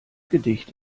gedicht